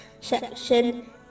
section